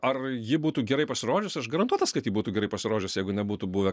ar ji būtų gerai pasirodžius aš garantuotas kad ji būtų gerai pasirodžius jeigu nebūtų buvę